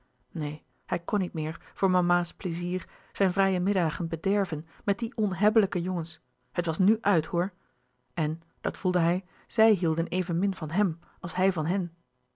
neen hij kon niet meer voor mama's pleizier zijn vrije middagen bederven met die onhebbelijke jongens het was nu uit hoor en dat voelde hij zij hielden evenmin van hem als hij van hen